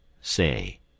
Say